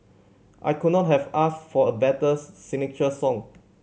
I could not have asked for a betters signature song